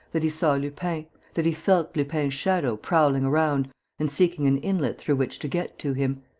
that he saw lupin, that he felt lupin's shadow prowling around and seeking an inlet through which to get to him.